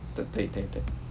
对对对对